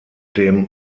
dem